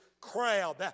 crowd